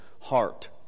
heart